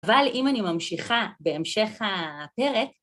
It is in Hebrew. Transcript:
אבל אם אני ממשיכה בהמשך הפרק...